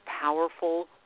powerful